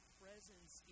presence